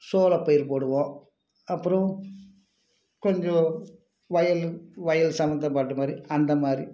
சோளப்பயிர் போடுவோம் அப்புறம் கொஞ்சம் வயல் வயல் சம்மந்தப்பட்ட மாதிரி அந்தமாதிரி